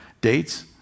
dates